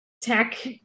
tech